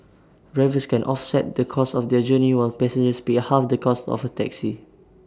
drivers can offset the cost of their journey while passengers pay half the cost of A taxi